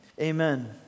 Amen